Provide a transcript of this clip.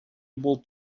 able